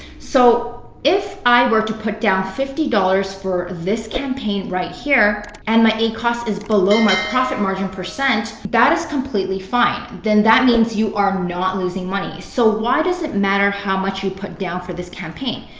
so if i were to put down fifty dollars for this campaign right here and my acos is below my profit margin percent, that is completely fine. that means you are not losing money. so why does it matter how much you put down for this campaign?